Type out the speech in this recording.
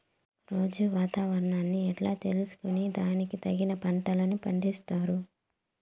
రోజూ వాతావరణాన్ని ఎట్లా తెలుసుకొని దానికి తగిన పంటలని పండిస్తారు?